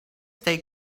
stay